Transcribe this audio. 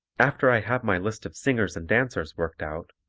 after i have my list of singers and dancers worked out,